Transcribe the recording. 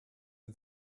and